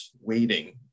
waiting